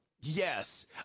yes